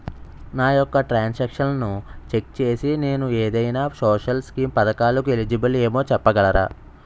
నా యెక్క ట్రాన్స్ ఆక్షన్లను చెక్ చేసి నేను ఏదైనా సోషల్ స్కీం పథకాలు కు ఎలిజిబుల్ ఏమో చెప్పగలరా?